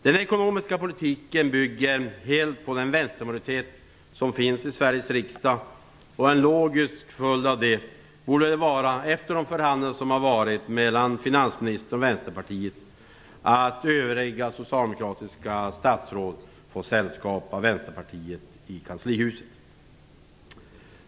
Den ekonomiska politiken bygger helt på den vänstermajoritet som finns i Sveriges riksdag. En logisk följd av detta borde, efter de förhandlingar som varit mellan finansministern och Vänsterpartiet, vara att övriga socialistiska statsråd får sällskap av Vänsterpartiet i kanslihuset.